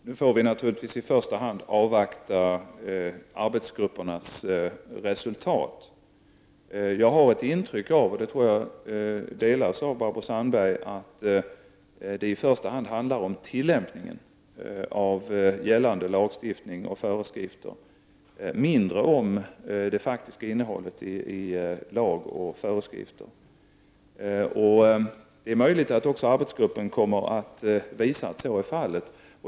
Fru talman! Nu får vi i första hand avvakta arbetsgruppernas resultat. Jag har ett intryck av, och det tror jag delas av Barbro Sandberg, att det i första hand handlar om tillämpning av gällande lagstiftning och föreskrifter och mindre om det faktiskta innehållet i lag och föreskrifter. Det är möjligt att också arbetsgruppen kommer att visa att detta är fallet.